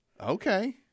Okay